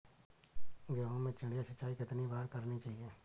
गेहूँ में चिड़िया सिंचाई कितनी बार करनी चाहिए?